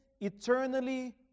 eternally